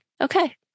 okay